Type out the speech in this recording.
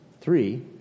Three